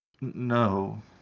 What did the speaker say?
No